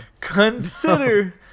consider